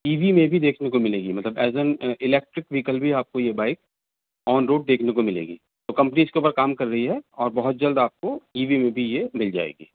ای V میں بھی دیکھنے کو ملے گی مطلب ایضاً الیکٹرک وہیکل بھی آپ کو یہ بائک آن روڈ دیکھنے کو ملے گی تو کمپنیز اس کے اوپر کام کر رہی ہے اور بہت جلد آپ کو ای وی میں بھی یہ مل جائے گی